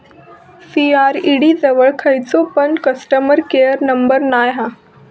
CRED जवळ खयचो पण कस्टमर केयर नंबर नाय हा